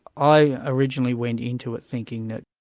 i originally went into it thinking that